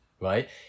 right